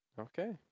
Okay